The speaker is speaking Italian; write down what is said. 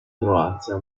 croazia